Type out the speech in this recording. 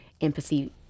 empathy